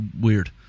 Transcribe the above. weird